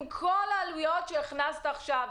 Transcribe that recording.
עם כל העלויות שציינת עכשיו,